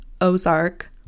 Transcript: Ozark